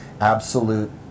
absolute